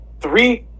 three